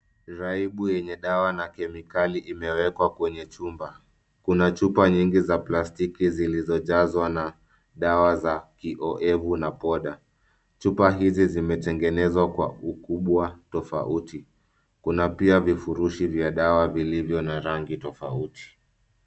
Raibu yenye dawa na kemikali imewekwa kwenye chumba. Kuna chupa nyingi za plastiki zilizojazwa na dawa za kiowevu na poda. Chupa hizi zimetengenezwa kwa ukubwa tofauti. Kuna pia vifurishi vya dawa vilivyo na rangi tofauti.